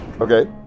Okay